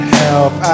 help